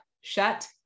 shut